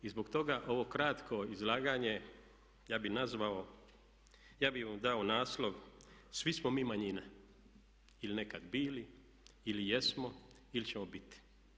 I zbog toga ovo kratko izlaganje ja bih nazvao, ja bi mu dao naslov svi smo mi manjina ili nekad bili ili jesmo ili ćemo biti.